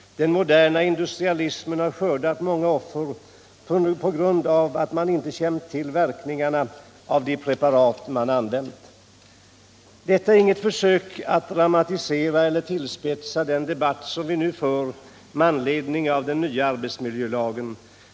Den moderna industrialismen har skördat många offer på grund av att man inte känt till verkningarna av de preparat man använt. Detta är inget försök att dramatisera eller tillspetsa den debatt som vi nu för med anledning av den nya arbetsmiljölagen.